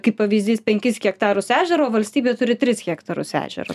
kaip pavyzdys penkis hektarus ežero valstybė turi tris hektarus ežero